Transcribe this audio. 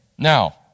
Now